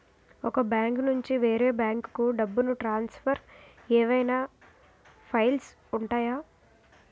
ఒక బ్యాంకు నుండి వేరే బ్యాంకుకు డబ్బును ట్రాన్సఫర్ ఏవైనా ఫైన్స్ ఉంటాయా?